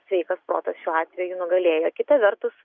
sveikas protas šiuo atveju nugalėjo kitą vertus